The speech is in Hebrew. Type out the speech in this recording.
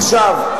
עכשיו,